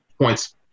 points